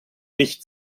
nicht